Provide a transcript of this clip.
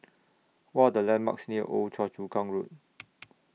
What The landmarks near Old Choa Chu Kang Road